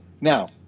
now